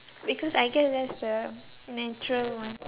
because I guess that's the natural one